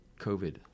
covid